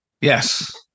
Yes